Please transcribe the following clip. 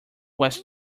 was